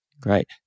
Great